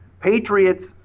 Patriots